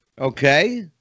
Okay